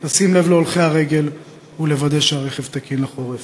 לשים לב להולכי הרגל ולוודא שהרכב תקין לחורף.